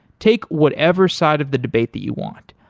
take whatever side of the debate that you want.